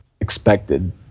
expected